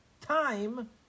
Time